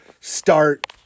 start